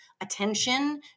attention